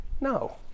No